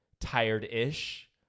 tired-ish